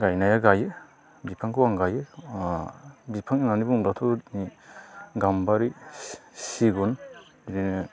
गायनाया गायो बिफांखौ आं गायो बिफां होननानै बुङोब्ला गाम्बारि सिगुन बिदिनो